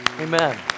Amen